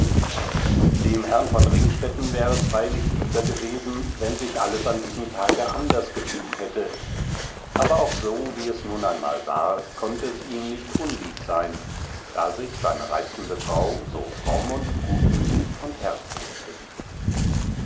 dem herrn von ringstetten wär es freilich lieber gewesen wenn sich alles an diesem tage anders gefügt hätte aber auch so wie es nun einmal war konnte es ihm nicht unlieb sein da sich seine reizende frau so fromm und gutmütig und herzlich bewies